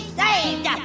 saved